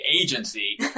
agency